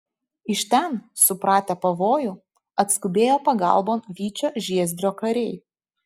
iš ten supratę pavojų atskubėjo pagalbon vyčio žiezdrio kariai